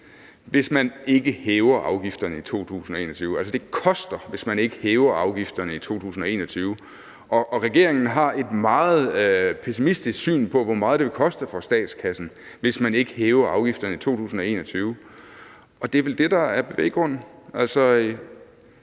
hvis man ikke hæver afgifterne i 2021. Altså, det koster, hvis man ikke hæver afgifterne i 2021. Regeringen har et meget pessimistisk syn på, hvor meget det vil koste for statskassen, hvis man ikke hæver afgifterne i 2021, og det er vel det, der er bevæggrunden.